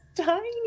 tiny